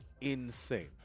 insane